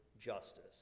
justice